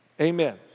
Amen